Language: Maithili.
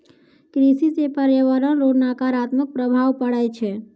कृषि से प्रर्यावरण रो नकारात्मक प्रभाव पड़ै छै